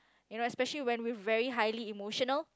you know especially when we're very highly emotional